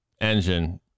engine